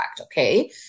okay